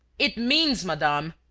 it means, madame,